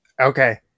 Okay